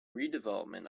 redevelopment